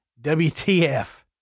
WTF